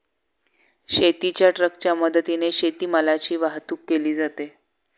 शेतीच्या ट्रकच्या मदतीने शेतीमालाची वाहतूक केली जाते